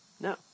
no